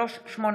399/23,